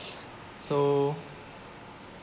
so